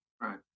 right